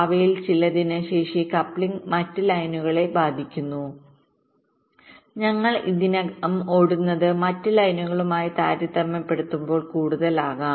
അവയിൽ ചിലതിന് ശേഷി കപ്ലിംഗ് മറ്റ് ലൈനുകളെ ബാധിക്കുന്നു ഞങ്ങൾ ഇതിനകം ഓടുന്നത് മറ്റ് ലൈനുകളുമായി താരതമ്യപ്പെടുത്തുമ്പോൾ കൂടുതൽ ആകാം